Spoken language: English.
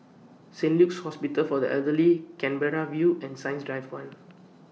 Saint Luke's Hospital For The Elderly Canberra View and Science Drive one